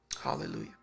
hallelujah